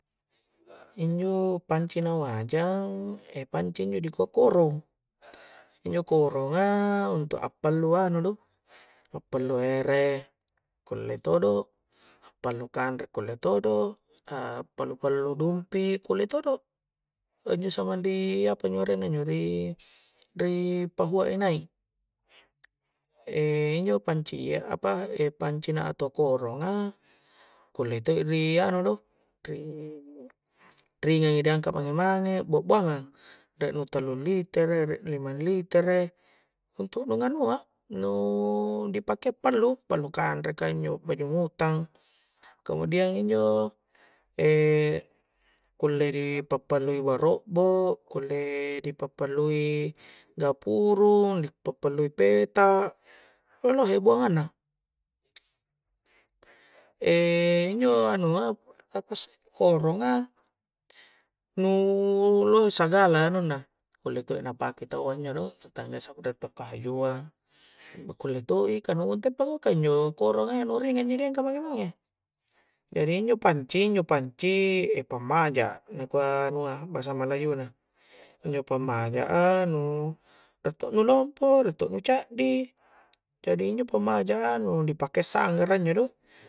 Injo panci na wajang, panci injo dikua korong injo koronga untuk appalu anua do, appalu ere kulle todo appalu kanre kulle todo pallu-pally dumpi kule todo injo samang diapa injo arenna injo ri pahua i naik injo panci apa pancoi na atau koronga kulle to i ri anu do ri ringangi di angka mange-mange bua-buangang riek nu tallu litere riek limang litere untu' nu nganua nu di pakea pallu pallu kanre ka injo bajang utang kemudiang injo kulle di pa'pallui barobbo kulle di pappalui gapurung di pappallui peta lohe buangang na injo anua apasse koronganu lohe sagala anunna kulle to i na pake taua injo do tetnaggayya kahajuangkule to i ka ntepakua ka injo koranga iya nu ringang ji di engka mange-mange jari injo panci-injo panci pammaja nakua anua bahsa melayuna ijo pammaja a nu riek to nu lompo riek to nu caddi jadi injo pammaja a nu di pakea assanggara injo do